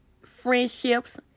friendships